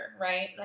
right